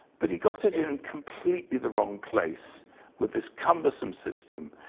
but he got it in completely the wrong place with this cumbersome system.